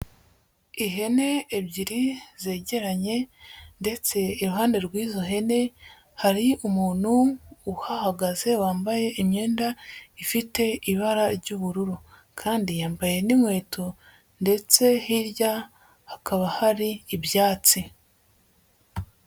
Ihene ebyiri zegeranye ndetse iruhande rw'izo hene hari umuntu uhahagaze, wambaye imyenda ifite ibara ry'ubururu, kandi yambaye n'inkweto ndetse hirya hakaba hari ibyatsi.